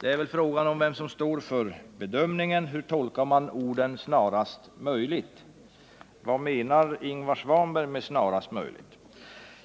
Det är väl fråga om vem som står för bedömningen. Hur tolkar man orden snarast möjligt? Vad menar Ingvar Svanberg med snarast möjligt?